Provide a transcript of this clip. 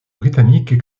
britanniques